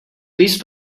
please